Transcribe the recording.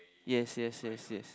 yes yes yes yes